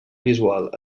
visual